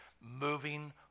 moving